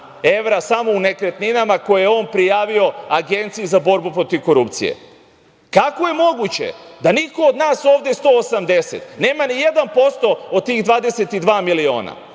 evra samo u nekretninama koje je on prijavio Agenciji za borbu protiv korupcije. Kako je moguće da niko od nas ovde 180 nema ni jedan posto od tih 22 miliona? Kako